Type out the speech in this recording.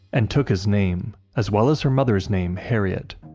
and took his name, as well as her mother's name, harriet.